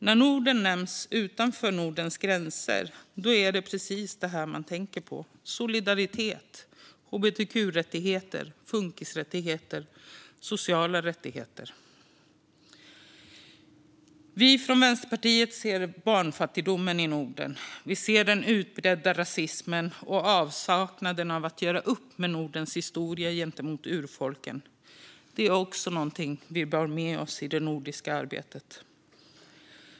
När Norden nämns utanför Nordens gränser är det precis det här man tänker på: solidaritet, hbtq-rättigheter, funkisrättigheter och sociala rättigheter. Vi från Vänsterpartiet ser barnfattigdomen i Norden. Vi ser den utbredda rasismen. Vi ser att man inte gör upp med Nordens historia gentemot urfolken. Det hör till det vi bär med oss i det nordiska arbetet.